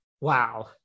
Wow